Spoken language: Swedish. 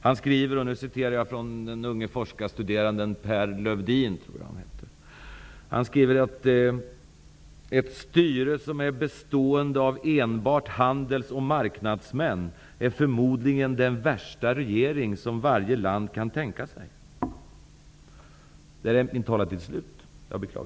Han skriver att ett styre som är bestående av enbart handels och marknadsmän förmodligen är den värsta regering som varje land kan tänka sig.